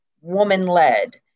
woman-led